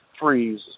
freeze